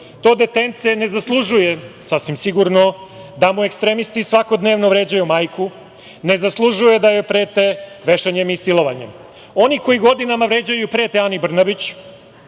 To detence ne zaslužuje sasvim sigurno da mu ekstremisti svakodnevno vređaju majku, ne zaslužuje da joj prete vešanjem i silovanjem. Oni koji godinama vređaju i prete Ani Brnabić